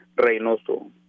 Reynoso